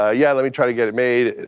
ah yeah, let me try to get it made,